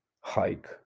hike